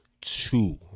two